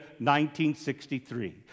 1963